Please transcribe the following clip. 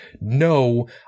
No